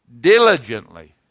diligently